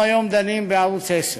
אנחנו היום דנים בערוץ 10,